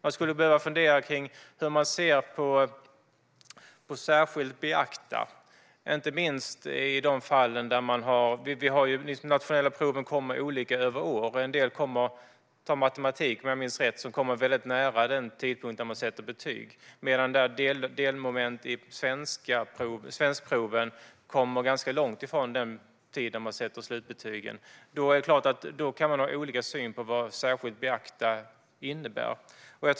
Vi skulle behöva fundera på synen på "särskilt beakta". De nationella proven genomförs vid olika tidpunkter över åren. Om jag minns rätt kommer matematikprovet väldigt nära den tidpunkt då betygen sätts, medan delmomenten i provet i svenska kommer ganska långt ifrån den tid då man sätter slutbetygen. Då är det klart att man kan ha olika syn på vad "särskilt beakta" innebär.